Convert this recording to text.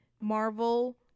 marvel